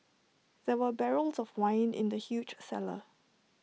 there were barrels of wine in the huge cellar